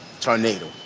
Tornado